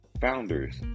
founders